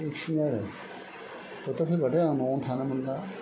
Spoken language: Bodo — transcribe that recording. बेखिनि आरो बोथोर फैब्लाथाय आं न'आवनो थानो मोनला